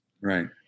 Right